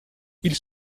ils